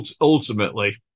ultimately